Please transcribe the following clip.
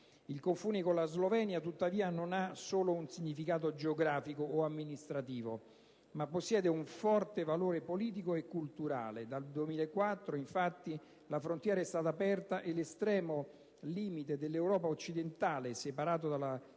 Il confine con la Slovenia, tuttavia, non ha solo un significato geografico o amministrativo, ma possiede un forte valore politico e culturale: dal 2004, infatti, la frontiera è stata aperta e l'estremo limite dell'Europa occidentale, separato dalla